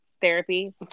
therapy